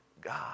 God